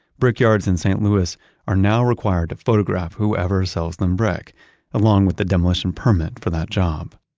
brickyards in st. louis are now required to photograph whoever sells them brick along with the demolition permit for that job.